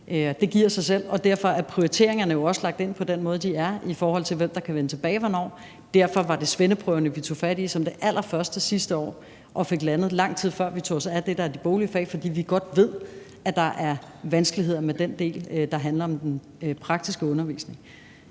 Det giver sig selv. Derfor er prioriteringerne jo også lagt ind på den måde, de er, med hensyn til hvem der kan vende tilbage hvornår. Derfor var det svendeprøverne, vi tog fat i som det allerførste sidste år, og det var dem, vi fik landet, lang tid før vi tog os af de boglige fag, fordi vi godt ved, at der er vanskeligheder med den del, der handler om den praktiske undervisning.